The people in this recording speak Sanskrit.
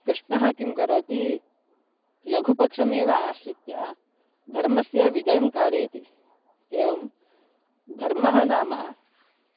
कृष्णः किं करोति लघुपक्षमेव आश्रित्य धर्मस्य विजयं कारयति एवं धर्मः नाम